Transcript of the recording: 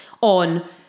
on